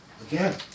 Again